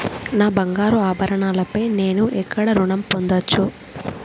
నా బంగారు ఆభరణాలపై నేను ఎక్కడ రుణం పొందచ్చు?